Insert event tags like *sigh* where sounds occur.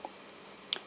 *noise*